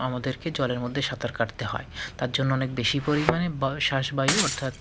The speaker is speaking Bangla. আমাদেরকে জলের মধ্যে সাঁতার কাটতে হয় তার জন্য অনেক বেশি পরিমাণে বায়ু শ্বাসবায়ু অর্থাৎ